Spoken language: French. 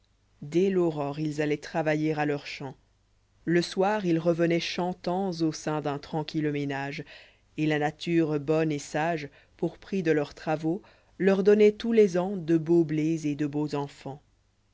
dès l'aurore ils alloient travailler à leurs champs le soir ils revenoient chantants au sein d'un tranquille ménage et la nature bonne et sage livre ii'l mm fpbjprix de leurs travaux leur donnoit tous les au de beaux blés et de beaux enfants